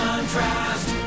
Contrast